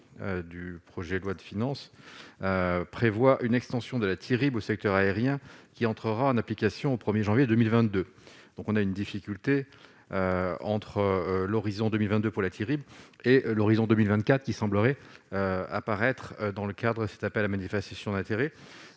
du projet de loi de finances prévoit une extension de la terrible au secteur aérien qui entrera en application au 1er janvier 2022, donc on a une difficulté entre l'horizon 2022 pour la Syrie et l'horizon 2024 qui semblerait apparaître dans le cadre, cet appel à manifestation d'intérêt